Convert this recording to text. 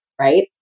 right